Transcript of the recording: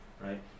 Right